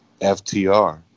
FTR